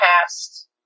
past